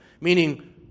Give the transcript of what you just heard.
meaning